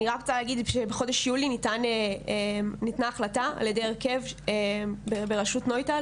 אני רק רוצה להגיד שבחודש יולי ניתנה החלטה בראשות נויטל